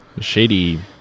shady